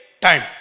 time